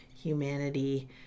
humanity